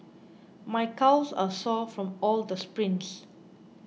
my calves are sore from all the sprints